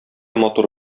матур